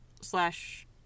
slash